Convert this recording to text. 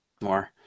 more